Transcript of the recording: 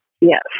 yes